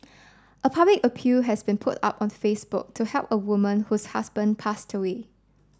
a public appeal has been put up on Facebook to help a woman whose husband passed away